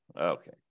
Okay